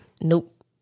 Nope